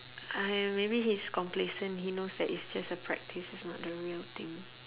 uh maybe he's complacent he knows that it's just a practice it's not the real thing